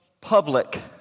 public